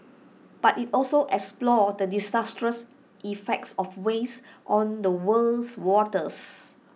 but IT also explored the disastrous effects of waste on the world's waters